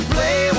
Play